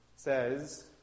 Says